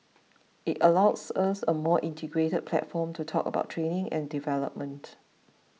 it allows us a more integrated platform to talk about training and development